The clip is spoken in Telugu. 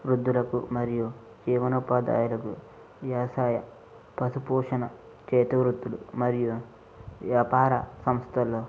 వృద్ధులకు మరియు జీవనోపాదులకు వ్యవసాయ పశుపోషణ చేతివృత్తులు మరియు వ్యాపార సంస్థలు